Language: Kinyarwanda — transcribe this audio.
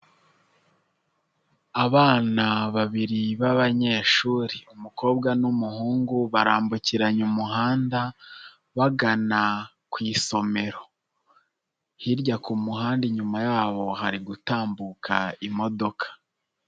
Abana babiri b'abanyeshuri umukobwa n'umuhungu barambukiranya umuhanda bagana ku isomero, hirya ku muhanda inyuma yabo hari gutambuka imodoka.